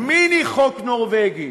"מיני חוק נורבגי".